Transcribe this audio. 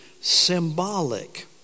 symbolic